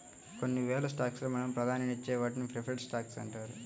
కొన్ని వేల స్టాక్స్ లో మనం ప్రాధాన్యతనిచ్చే వాటిని ప్రిఫర్డ్ స్టాక్స్ అంటారు